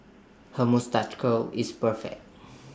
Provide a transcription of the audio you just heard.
her moustache curl is perfect